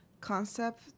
concept